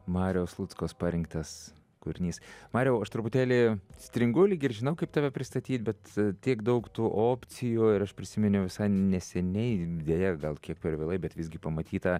mario luckos parinktas kūrinys mariau aš truputėlį stringu lyg ir žinau kaip tave pristatyt bet tiek daug tų opcijų ir aš prisiminiau visai neseniai deja gal kiek per vėlai bet visgi pamatyta